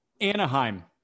Anaheim